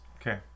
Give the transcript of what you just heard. okay